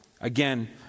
Again